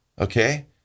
okay